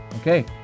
Okay